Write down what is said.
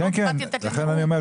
אני לא באתי לתת נאום.